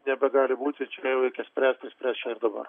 nebegali būti čia jau reikia spręst ir spręst čia ir dabar